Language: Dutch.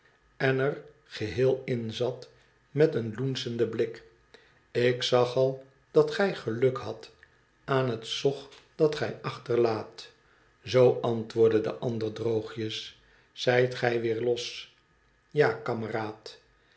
en er geheel in zat met een loenschen blik ik zag al dat gij geluk hadt aan het zog dat gij achterlaat zoo antwoordde de ander droogjes zijt gij weer los v tja kameraad